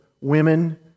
women